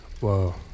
Whoa